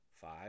five